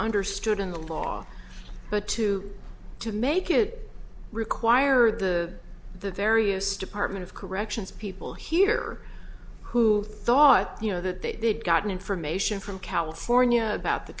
understood in the law but to to make it require the the various department of corrections people here who thought you know that they'd gotten information from california about the